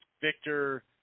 Victor